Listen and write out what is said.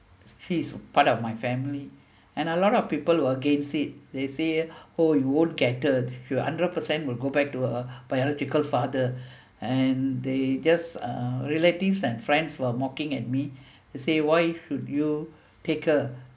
she is part of my family and a lot of people were against it they say oh you will get hurt will a hundred percent will go back to her biological father and they just uh relatives and friends were mocking at me they say why should you take her